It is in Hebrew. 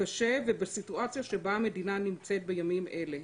קשה ובסיטואציה שבה המדינה נמצאת בימים אלה.